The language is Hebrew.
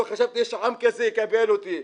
לא חשבתי שיש עם כזה שיקבל אותי.